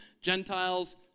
Gentiles